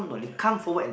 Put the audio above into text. ya